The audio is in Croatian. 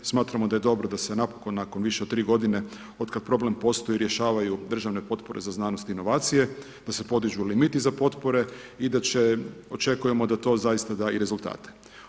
Smatramo da je dobro da se napokon nakon više od tri godine od kada problem postoji rješavaju državne potpore za znanost i inovacije, da se podižu limiti za potpore i očekujemo da to zaista da i rezultate.